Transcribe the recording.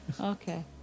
Okay